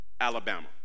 Alabama